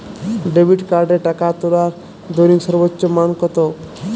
Debit কার্ডে টাকা তোলার দৈনিক সর্বোচ্চ মান কতো?